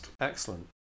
Excellent